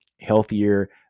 healthier